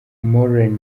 moreen